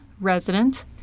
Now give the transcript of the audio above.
Resident